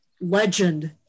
legend